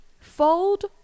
fold